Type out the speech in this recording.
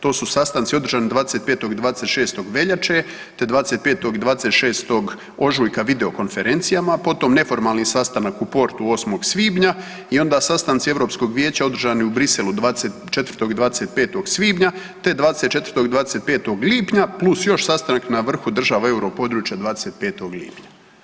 To su sastanci održani 25. i 26. veljače, te 25. i 26. ožujka videokonferencijama, potom neformalni sastanak u Portu 8. svibnja i onda sastanci Europskog vijeća održani u Briselu 24. i 25. svibnja, te 24. i 25. lipnja plus još sastanak na vrhu država Europodručja 25. lipnja.